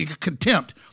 contempt